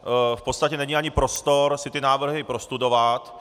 V podstatě není ani prostor si ty návrhy prostudovat.